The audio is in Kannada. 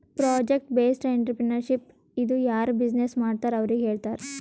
ಪ್ರೊಜೆಕ್ಟ್ ಬೇಸ್ಡ್ ಎಂಟ್ರರ್ಪ್ರಿನರ್ಶಿಪ್ ಇದು ಯಾರು ಬಿಜಿನೆಸ್ ಮಾಡ್ತಾರ್ ಅವ್ರಿಗ ಹೇಳ್ತಾರ್